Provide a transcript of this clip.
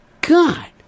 God